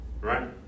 right